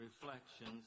reflections